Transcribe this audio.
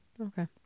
Okay